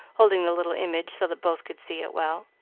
holding the little image so that both could see it well.